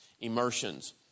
immersions